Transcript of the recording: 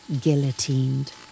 guillotined